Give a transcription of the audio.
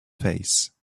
face